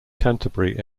canterbury